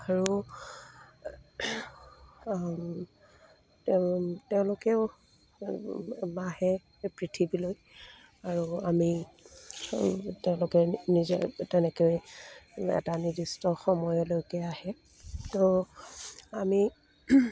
আৰু তেওঁলোকেও আহে পৃথিৱীলৈ আৰু আমি তেওঁলোকে নিজে তেনেকৈ এটা নিৰ্দিষ্ট সময়লৈকে আহে তো আমি